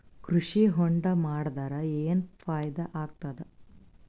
ಕೃಷಿ ಹೊಂಡಾ ಮಾಡದರ ಏನ್ ಫಾಯಿದಾ ಆಗತದ?